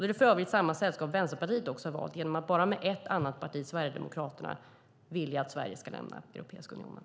Det är för övrigt samma sällskap som Vänsterpartiet har valt då man liksom endast ett annat parti, Sverigedemokraterna, vill att Sverige ska lämna Europeiska unionen.